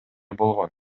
болгон